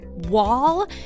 wall